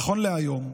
נכון להיום,